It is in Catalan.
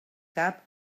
cap